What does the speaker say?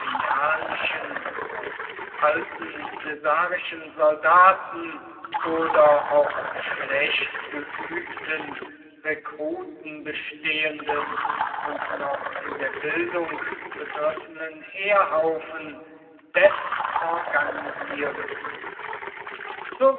pompeianischen aus alten caesarischen soldaten oder auch schlecht geübten rekruten bestehenden und noch in der bildung begriffenen heerhaufen desorganisieren so